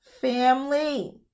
Family